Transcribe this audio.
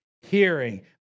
hearing